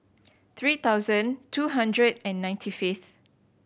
three thousand two hundred and ninety fifth